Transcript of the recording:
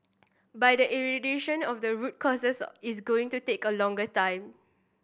but eradication of the root causes is going to take a longer time